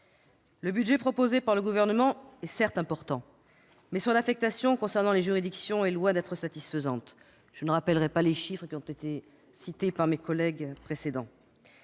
Le budget proposé par le Gouvernement est, certes, important, mais son affectation concernant les juridictions est loin d'être satisfaisante. Je ne reviendrai pas sur les chiffres qui ont été rappelés par mes collègues. Dans